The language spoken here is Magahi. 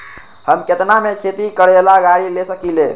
हम केतना में खेती करेला गाड़ी ले सकींले?